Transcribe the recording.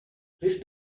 list